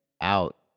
out